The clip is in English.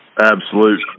absolute